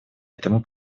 этому